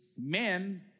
men